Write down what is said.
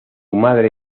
madre